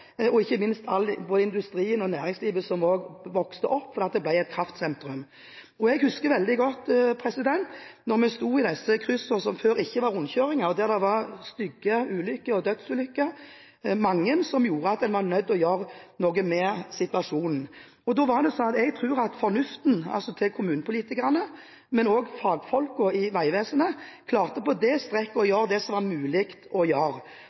vokste fram, for det ble et kraftsentrum. Jeg husker veldig godt at vi stod i disse kryssene som før ikke var rundkjøringer, der det var stygge ulykker og mange dødsulykker som gjorde at man var nødt til å gjøre noe med situasjonen. Jeg tror at fornuften til kommunepolitikerne, men også til fagfolk i Vegvesenet, gjorde at man på det strekket klarte å gjøre det som var mulig å gjøre.